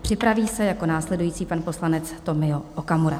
Připraví se jako následující pan poslanec Tomio Okamura.